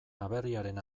aberriaren